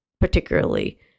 particularly